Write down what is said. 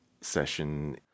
session